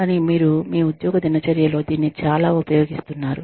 కానీ మీరు మీ ఉద్యోగ దినచర్యలో దీన్ని చాలా ఉపయోగిస్తున్నారు